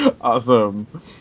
Awesome